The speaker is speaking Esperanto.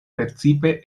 precipe